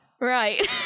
Right